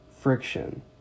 friction